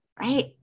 right